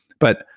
but,